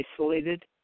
isolated